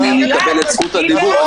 אם אני אקבל את זכות הדיבור,